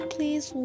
Please